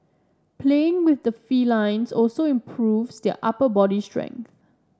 playing with the felines also improves their upper body strength